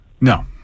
No